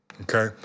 Okay